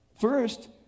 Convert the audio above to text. First